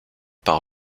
par